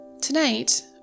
Tonight